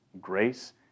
Grace